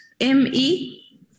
M-E